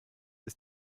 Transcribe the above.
ist